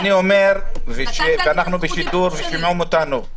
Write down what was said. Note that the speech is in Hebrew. אנחנו בשידור ושומעים אותנו.